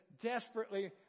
desperately